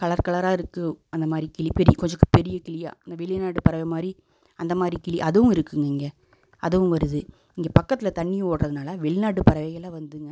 colour கலராக இருக்குது அந்தமாதிரி கிளி பெரிய கொஞ்சம் பெரிய கிளியாக இந்த வெளிநாடு பறவை மாதிரி அந்தமாதிரி கிளி அதுவும் இருக்குங்க இங்கே அதுவும் வருது இங்கே பக்கத்தில் தண்ணி ஓட்டுறதுனால வெளிநாட்டு பறவைகள்லாம் வருதுங்க